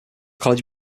college